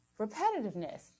repetitiveness